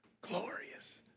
glorious